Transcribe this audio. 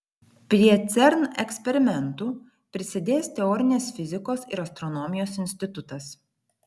prie cern eksperimentų prisidės teorinės fizikos ir astronomijos institutas